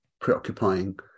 preoccupying